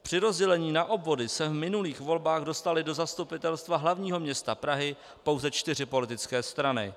Při rozdělení na obvody se v minulých volbách dostaly do Zastupitelstva hlavního města Prahy pouze čtyři politické strany.